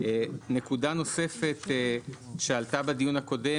נקודה שעלתה בדיון הקודם,